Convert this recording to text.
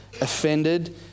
offended